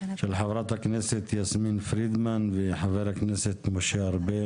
של חברת הכנסת יסמין פרידמן וחבר הכנסת משה ארבל